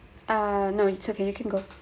uh no it's okay you can go